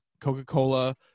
Coca-Cola